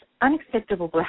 Unacceptable